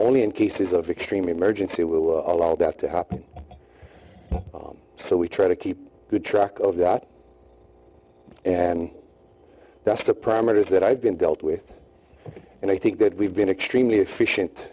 only in cases of extreme emergency will allow that to happen so we try to keep track of that and that's the primaries that i've been dealt with and i think that we've been extremely efficient